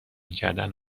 کردن